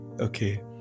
Okay